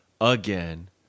again